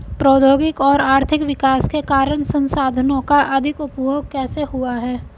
प्रौद्योगिक और आर्थिक विकास के कारण संसाधानों का अधिक उपभोग कैसे हुआ है?